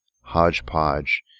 hodgepodge